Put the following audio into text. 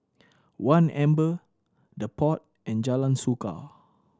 One Amber The Pod and Jalan Suka